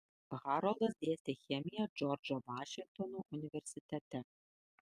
haroldas dėstė chemiją džordžo vašingtono universitete